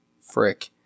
Frick